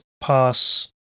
pass